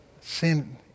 sin